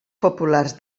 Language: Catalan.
populars